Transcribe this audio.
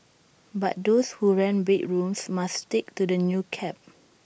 but those who rent bedrooms must stick to the new cap